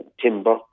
timber